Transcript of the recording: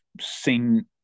seen